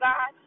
God